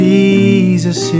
Jesus